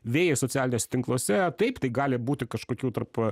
vėjai socialiniuose tinkluose taip tai gali būti kažkokių tarp